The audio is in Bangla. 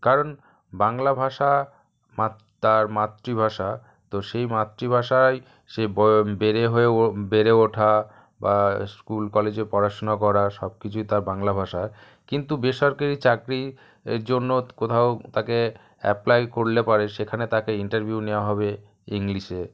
কারণ বাংলা ভাষা মা তার মাতৃভাষা তো সেই মাতৃভাষায় সে বেড়ে হয়ে ও বেড়ে ওঠা বা স্কুল কলেজে পড়াশুনা করা সবকিছুই তার বাংলা ভাষায় কিন্তু বেসরকারি চাকরি এর জন্য কোথাও তাকে অ্যাপ্লাই করলে পরে সেখানে তাকে ইন্টারভিউ নেওয়া হবে ইংলিশে